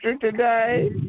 today